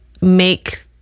make